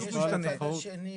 אבל יש את הצד השני,